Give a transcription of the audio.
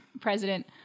president